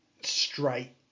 straight